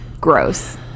Gross